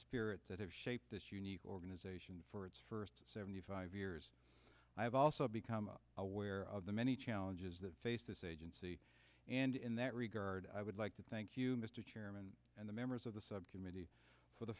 spirit that have shaped this unique organization for its first seventy five years i have also become aware of the many challenges that face this agency and in that regard i would like to thank you mr chairman and the members of the subcommittee for the